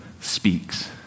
speaks